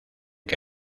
que